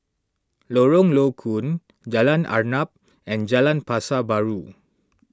Lorong Low Koon Jalan Arnap and Jalan Pasar Baru